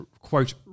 quote